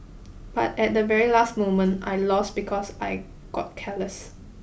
but at the very last moment I lost because I got careless